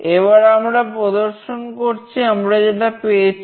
এবার আবার আমরা প্রদর্শন করছি আমরা যেটা পেয়েছি